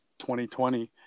2020